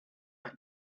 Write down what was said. back